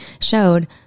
showed